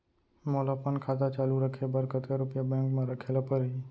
मोला अपन खाता चालू रखे बर कतका रुपिया बैंक म रखे ला परही?